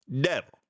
Devil